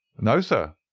no, sir.